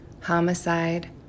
homicide